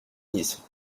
ministre